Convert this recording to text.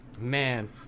Man